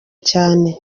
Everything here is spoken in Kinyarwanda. cyane